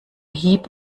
hieb